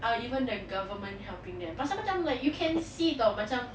ah even the government helping them pasal macam like you can see [tau] macam